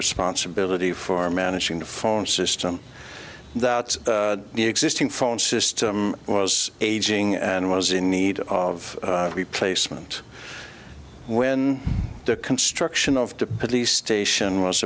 responsibility for managing the phone system that the existing phone system was aging and was in need of replacement when the construction of the police station was